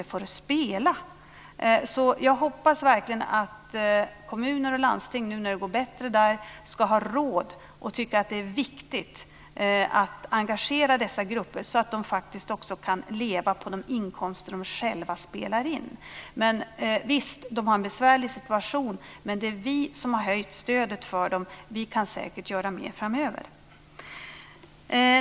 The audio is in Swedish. Jag hoppas verkligen att kommuner och landsting nu när det går bättre där ska ha råd och tycka att det är viktigt att engagera dessa grupper, så att de faktiskt också kan leva på de inkomster de själva spelar in. Visst har de en besvärlig situation. Men det är vi som har höjt stödet till dem.